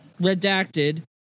redacted